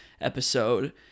episode